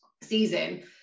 season